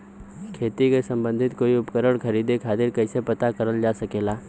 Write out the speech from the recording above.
खेती से सम्बन्धित कोई उपकरण खरीदे खातीर कइसे पता करल जा सकेला?